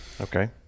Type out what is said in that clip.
okay